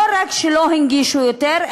לא רק שלא הנגישו יותר,